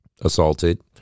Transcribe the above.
assaulted